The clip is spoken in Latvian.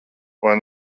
vai